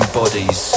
bodies